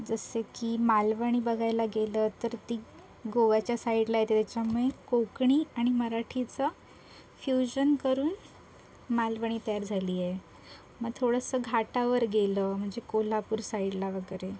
जसे की मालवणी बघायला गेलं तर ती गोव्याच्या साईडला येते त्याच्यामुळे कोकणी आणि मराठीचा फ्युजन करून मालवणी तयार झाली आहे मग थोडंसं घाटावर गेलं म्हणजे कोल्हापूर साईडला वगैरे